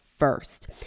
first